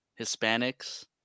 Hispanics